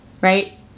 right